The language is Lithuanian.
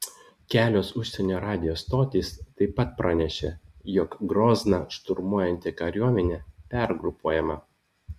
kelios užsienio radijo stotys taip pat pranešė jog grozną šturmuojanti kariuomenė pergrupuojama